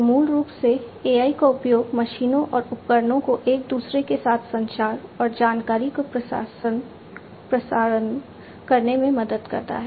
तो मूल रूप से AI का उपयोग मशीनों और उपकरणों को एक दूसरे के साथ संचार और जानकारी को प्रसारण करने में मदद करता है